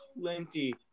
plenty